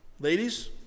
Ladies